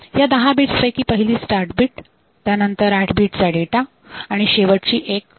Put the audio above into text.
या दहा बिट्स पैकी पहिली स्टार्ट बीट त्यानंतर आठ बीटचा डेटा आणि शेवटची एक स्टॉप बीट असते